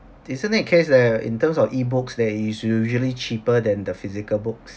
isn't that case where in terms of ebooks that is usually cheaper than the physical books